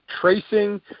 tracing